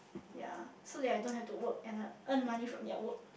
ya so that I don't have to work and I earn money from their work